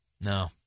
No